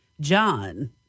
John